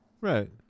right